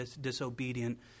disobedient